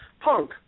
Punk